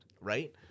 Right